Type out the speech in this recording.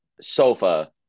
sofa